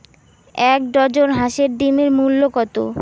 এক ডজন হাঁসের ডিমের মূল্য কত?